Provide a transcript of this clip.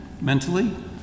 mentally